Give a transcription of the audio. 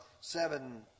seven